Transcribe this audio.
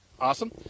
awesome